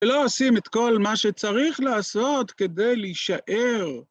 ‫ולא עושים את כל מה שצריך לעשות ‫כדי להישאר.